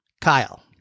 Kyle